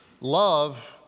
love